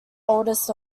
oldest